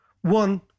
one